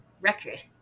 record